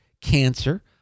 cancer